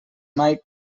mai